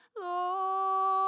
Lord